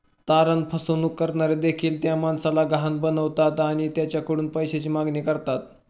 तारण फसवणूक करणारे देखील त्या माणसाला गहाण बनवतात आणि त्याच्याकडून पैशाची मागणी करतात